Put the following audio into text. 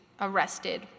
arrested